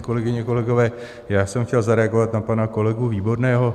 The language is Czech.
Kolegyně, kolegové, já jsem chtěl zareagovat na pana kolegu Výborného.